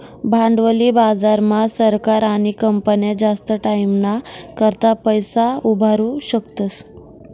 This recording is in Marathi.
भांडवली बाजार मा सरकार आणि कंपन्या जास्त टाईमना करता पैसा उभारु शकतस